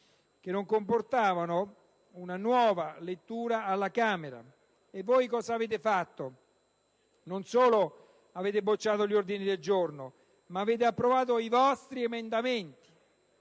che non comportavano una nuova lettura alla Camera. E voi cosa avete fatto? Non solo avete bocciato gli ordini del giorno, ma avete approvato i vostri emendamenti;